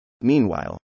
Meanwhile